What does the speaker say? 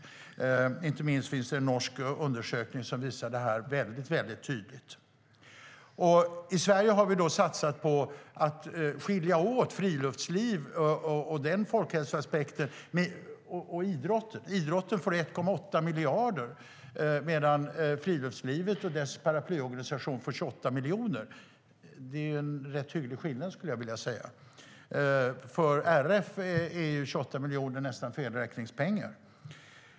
Det är häpnadsväckande siffror. Inte minst finns det en norsk undersökning som visar detta väldigt tydligt. I Sverige har vi satsat på att skilja på friluftslivets folkhälsoaspekt och idrotten. Idrotten får 1,8 miljarder medan friluftslivet och dess paraplyorganisationer får 28 miljoner. Det är en rätt stor skillnad. För RF är 28 miljoner nästan felräkningspengar.